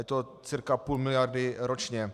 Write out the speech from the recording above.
Je to cca půl miliardy ročně.